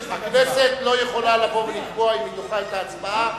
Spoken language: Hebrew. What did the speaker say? הכנסת לא יכולה לבוא ולקבוע אם היא דוחה את ההצבעה,